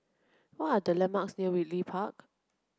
what are the landmarks near Ridley Park